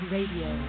Radio